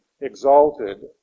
exalted